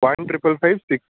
one triple five six